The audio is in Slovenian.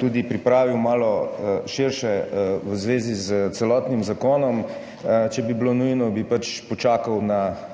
tudi pripravil malo širše v zvezi s celotnim zakonom. Če bi bilo nujno, bi pač počakal na